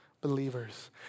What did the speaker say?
believers